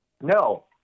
No